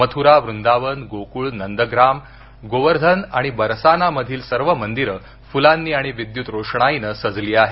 मथुरा वृंदावन गोकुळ नंदग्राम गोवर्धन आणि बरसानामधील सर्व मंदिर फुलांनी आणि विद्युत रोषणाईन सजली आहेत